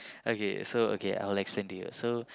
okay so okay I'll explain to you so